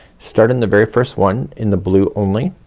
start in the very first one in the blue only